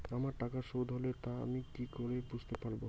আমার টাকা শোধ হলে তা আমি কি করে বুঝতে পা?